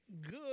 good